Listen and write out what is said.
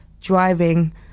driving